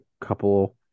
couple